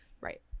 Right